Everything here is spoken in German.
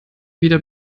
wieder